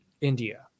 India